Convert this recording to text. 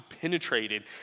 penetrated